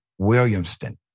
Williamston